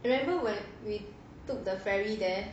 I remember when we took the ferry there